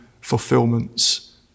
fulfillments